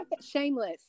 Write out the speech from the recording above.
Shameless